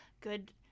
good